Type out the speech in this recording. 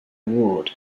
ward